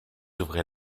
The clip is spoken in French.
ouvrez